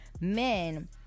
men